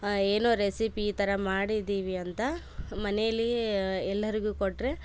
ಏನೋ ರೆಸಿಪಿ ಈ ಥರ ಮಾಡದ್ದೀವಿ ಅಂತ ಮನೆಯಲ್ಲಿಯೇ ಎಲ್ಲರಿಗು ಕೊಟ್ಟರೆ